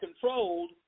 controlled